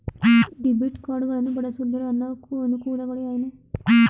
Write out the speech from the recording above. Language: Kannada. ಡೆಬಿಟ್ ಕಾರ್ಡ್ ಗಳನ್ನು ಬಳಸುವುದರ ಅನಾನುಕೂಲಗಳು ಏನು?